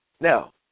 Now